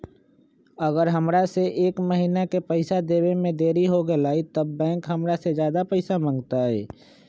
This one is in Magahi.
अगर हमरा से एक महीना के पैसा देवे में देरी होगलइ तब बैंक हमरा से ज्यादा पैसा मंगतइ?